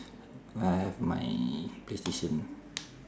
I have my playstation